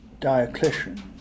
Diocletian